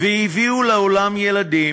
והביאו לעולם ילדים,